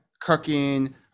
cooking